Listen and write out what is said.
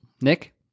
Nick